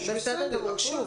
מבקש.